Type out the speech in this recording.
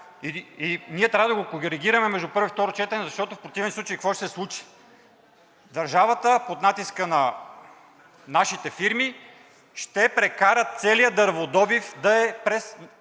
и ние трябва да го коригираме между първо и второ четене, защото в противен случай какво ще се случи? Държавата под натиска на „нашите“ фирми ще прекара целия дърводобив да е през